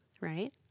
right